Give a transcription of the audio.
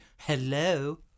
Hello